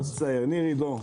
ניר עידו.